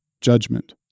judgment